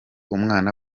umwana